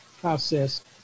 process